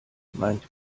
meinte